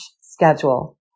schedule